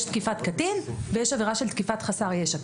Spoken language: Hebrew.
יש תקיפת קטין ויש עבירה של תקיפת חסר ישע,